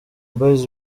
boyz